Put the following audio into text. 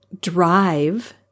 Drive